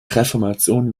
reformation